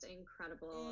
incredible